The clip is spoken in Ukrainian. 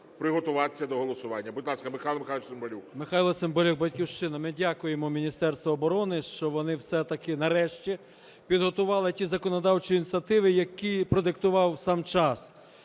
приготуватися до голосування. Будь ласка, Михайло Михайлович Цимбалюк. 15:19:11 ЦИМБАЛЮК М.М. Михайло Цибалюк, "Батьківщина". Ми дякуємо Міністерству оборони, що вони все-таки, нарешті, підготували ті законодавчі ініціативи, які продиктував сам час.